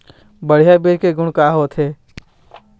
बढ़िया बीज के गुण का का होथे?